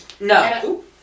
No